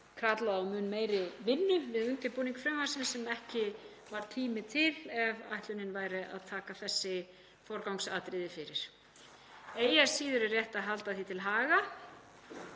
kallað á mun meiri vinnu við undirbúning frumvarpsins sem ekki var tími til ef ætlunin væri að taka þessi forgangsatriði fyrir. Eigi að síður er rétt að halda því til haga